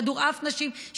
כדורעף נשים,